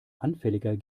anfälliger